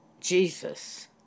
Jesus